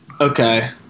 Okay